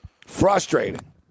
Frustrating